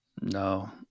No